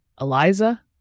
Eliza